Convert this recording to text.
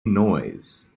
noise